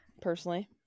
personally